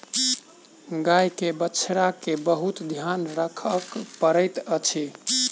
गाय के बछड़ा के बहुत ध्यान राखअ पड़ैत अछि